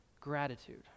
gratitude